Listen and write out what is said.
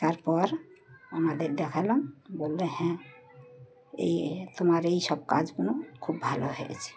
তারপর ওনাদের দেখালাম বললে হ্যাঁ এই তোমার এই সব কাজগুলো খুব ভালো হয়েছে